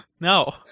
No